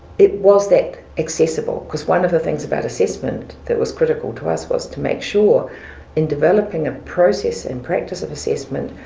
it was that accessible. cause one of the things about assessment that was critical to us was to make sure in developing a process and practice of assessment,